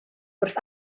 wrth